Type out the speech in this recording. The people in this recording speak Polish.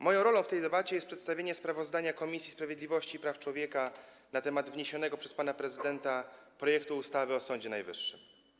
Moją rolą w tej debacie jest przedstawienie sprawozdania Komisji Sprawiedliwości i Praw Człowieka na temat wniesionego przez pana prezydenta projektu ustawy o Sądzie Najwyższym.